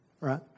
right